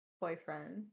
boyfriend